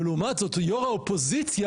ולעומת זאת יו"ר האופוזיציה,